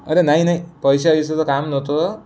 अरे नाही नाही पैशा गियशाचं काम नव्हतं